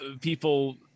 people